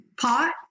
pot